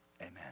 amen